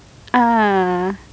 ah